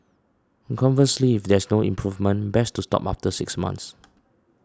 conversely if there is no improvement best to stop after six months